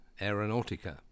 Aeronautica